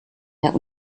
der